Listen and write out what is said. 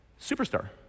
superstar